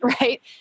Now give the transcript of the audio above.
right